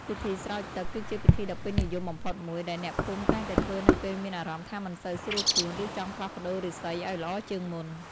ពិធីស្រោចទឹក គឺជាពិធីដ៏ពេញនិយមបំផុតមួយ ដែលអ្នកភូមិតែងតែធ្វើនៅពេលមានអារម្មណ៍ថាមិនសូវស្រួលខ្លួន ឬចង់ផ្លាស់ប្តូររាសីឱ្យល្អជាងមុន។